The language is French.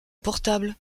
portable